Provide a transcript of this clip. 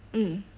mm